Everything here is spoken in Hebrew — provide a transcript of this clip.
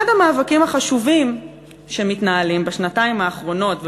אחד המאבקים החשובים שמתנהלים בשנתיים האחרונות,